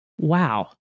Wow